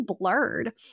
blurred